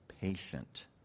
patient